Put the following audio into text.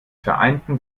vereinten